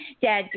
dad